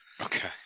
okay